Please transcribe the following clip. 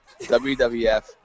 WWF